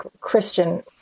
Christian